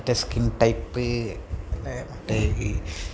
ടസ്ക്കിൻ type മറ്റേ ഈ